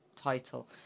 title